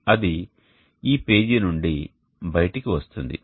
అది ఈ పేజీ నుండి బయటకు వస్తుంది